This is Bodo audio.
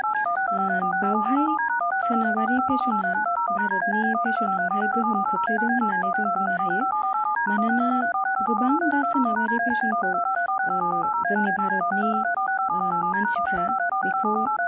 ओ बावहाय सोनाबारि फेसना भारतनि फेसनावहाय गोहोम खोख्लैदों होननानै जों बुंनो हायो मानोना गोबां दा सोनाबारि फेसनखौ ओ जोंनि भारतनि ओ मानसिफ्रा बेखौ